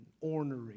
ornery